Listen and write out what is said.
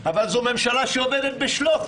אבל זו ממשלה שעובדת ב"שלוף",